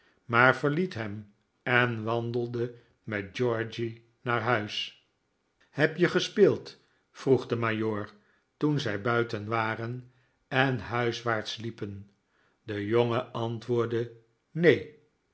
maar verliet hem en wandelde met georgy naar huis heb je gespeeld vroeg de majoor toen zij buiten waren en huiswaarts liepen de jongen antwoordde neen